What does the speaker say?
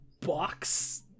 box